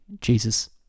Jesus